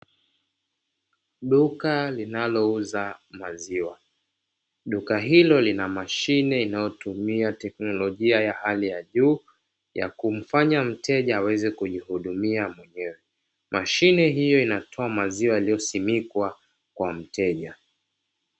Duka linalouza maziwa, duka hilo lina mashine inayotumia teknolojia ya hali ya juu ya kumfanya mteja aweze kujihudumia mwenyewe. Mashine hiyo inatoa maziwa yaliyosimikwa kwa mteja.